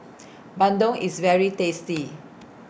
Bandung IS very tasty